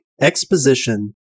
exposition